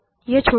यह छोटा है